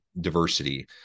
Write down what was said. diversity